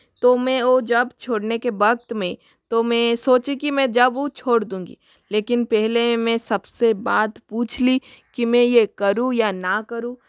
तो मैं वो जॉब छोड़ने के वक़्त में तो मैं सोची कि मैं जॉब वो छोड़ दूँगी लेकिन पहले मैं सब से बात पूछ ली कि मैं ये करूँ या ना करूँ